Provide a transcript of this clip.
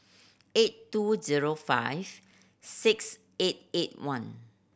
eight two zero five six eight eight one